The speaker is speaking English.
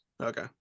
Okay